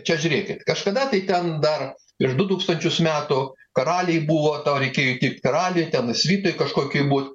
čia žiūrėk kažkada tai ten dar ir du tūkstančius metų karaliai buvo tau reikėjo įtikt karaliui ten jis svytoj kažkokoj būt